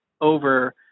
over